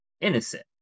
innocent